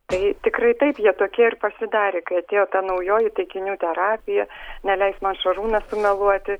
tai tikrai taip jie tokie ir pasidarė kai atėjo ta naujoji taikinių terapija neleis man šarūnas sumeluoti